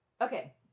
Okay